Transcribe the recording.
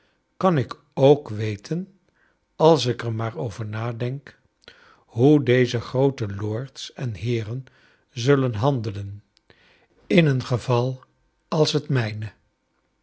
kan ik ook weten als ik er maar over nadenk hoe deze groote lords en heeren zullen handelen in een geval als het mijne